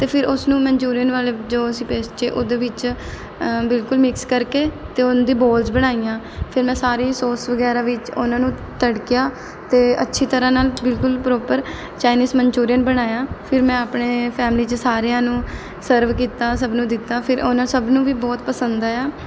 ਅਤੇ ਫਿਰ ਉਸਨੂੰ ਮਨਚੂਰੀਅਨ ਵਾਲੇ ਜੋ ਅਸੀਂ ਪੇਸਟ 'ਚ ਉਹਦੇ ਵਿੱਚ ਬਿਲਕੁਲ ਮਿਕਸ ਕਰਕੇ ਅਤੇ ਉਂਦੀ ਬੋਲਜ਼ ਬਣਾਈਆਂ ਫਿਰ ਮੈਂ ਸਾਰੇ ਸੋਸ ਵਗੈਰਾ ਵਿੱਚ ਉਹਨਾਂ ਨੂੰ ਤੜਕਿਆ ਅਤੇ ਅੱਛੀ ਤਰ੍ਹਾਂ ਨਾਲ ਬਿਲਕੁਲ ਪ੍ਰੋਪਰ ਚਾਈਨੀਜ਼ ਮਨਚੂਰੀਅਨ ਬਣਾਇਆ ਫਿਰ ਮੈਂ ਆਪਣੇ ਫੈਮਲੀ 'ਚ ਸਾਰਿਆਂ ਨੂੰ ਸਰਵ ਕੀਤਾ ਸਭ ਨੂੰ ਦਿੱਤਾ ਫਿਰ ਉਹਨਾਂ ਸਭ ਨੂੰ ਵੀ ਬਹੁਤ ਪਸੰਦ ਆਇਆ